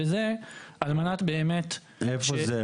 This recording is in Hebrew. וזה על מנת באמת --- איפה זה?